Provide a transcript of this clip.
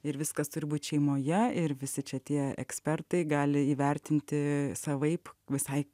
ir viskas turi būt šeimoje ir visi čia tie ekspertai gali įvertinti savaip visai